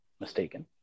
mistaken